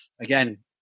again